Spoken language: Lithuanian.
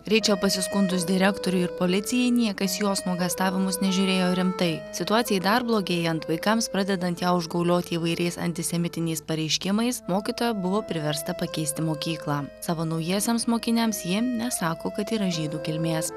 reičel pasiskundus direktoriui ir policijai niekas į jos nuogąstavimus nežiūrėjo rimtai situacijai dar blogėjant vaikams pradedant ją užgaulioti įvairiais antisemitiniais pareiškimais mokytoja buvo priversta pakeisti mokyklą savo naujiesiems mokiniams ji nesako kad yra žydų kilmės